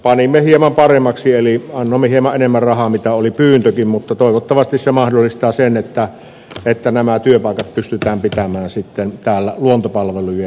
panimme hieman paremmaksi eli annoimme hieman enemmän rahaa kuin oli pyyntö mutta toivottavasti se mahdollistaa sen että nämä työpaikat pystytään sitten pitämään luontopalvelujen parissa